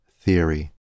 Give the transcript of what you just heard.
theory